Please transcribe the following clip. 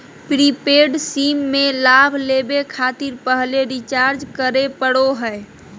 prepaid SIM में लाभ लेबे खातिर पहले रिचार्ज करे पड़ो हइ